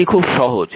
এটি খুব সহজ